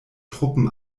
truppen